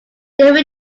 davy